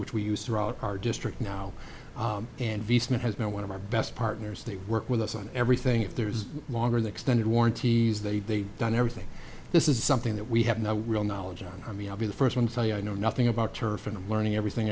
which we use throughout our district now and v it has been one of our best partners they work with us on everything if there is no longer the extended warranties they they've done everything this is something that we have no real knowledge on i mean i'll be the first one saying i know nothing about turf and learning everything